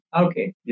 Okay